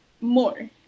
more